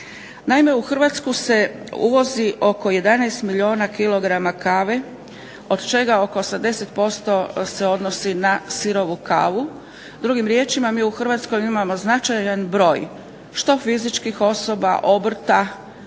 Naime, u Hrvatsku se uvozi oko 11 milijuna kilograma kave, od čega oko 80% se odnosi na sirovu kavu. Drugim riječima mi u Hrvatskoj imamo značajan broj što fizičkih osoba, obrta